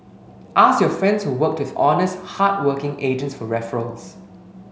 ask your friends who worked with honest hardworking agents for referrals